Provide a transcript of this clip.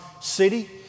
city